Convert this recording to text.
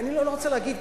אני לא רוצה להגיד,